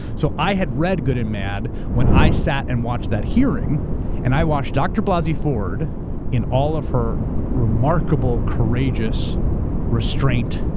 so i had read good and mad when i sat and watched that hearing and i watched dr. blasey ford in all of her remarkable courageous restraint,